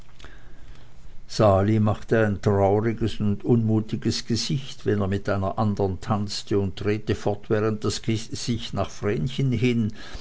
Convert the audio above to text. sali machte ein trauriges und unmutiges gesicht wenn er mit einer anderen tanzte und drehte fortwährend das gesicht nach vrenchen hin